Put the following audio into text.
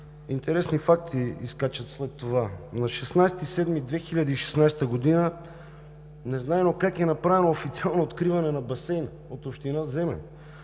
Интересни факти изскачат след това. На 16-и юли 2016 г. незнайно как е направено официално откриване на басейн от община Земен,